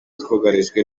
twugarijwe